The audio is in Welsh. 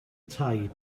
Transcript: tai